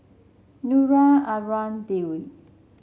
Nura Anuar Dwi